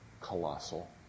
colossal